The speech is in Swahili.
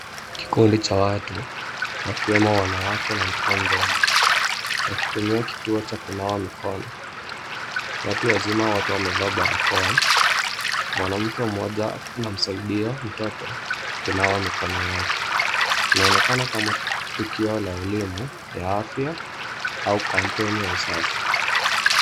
Kikundi cha watu wakiwemo wanawake na mtoto mdogo. Wakitumia kituo cha kunawa mikono. Watu wazima wote wamevaa barakoa. Mwanamke mmoja akiwa anamsaidia mtoto kunawa mikono yake. Inaonekana kama tukio la elimu ya afya au kampeni ya usafi.